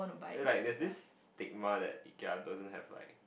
like there's this stigma that Ikea doesn't have like